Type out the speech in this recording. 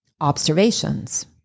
Observations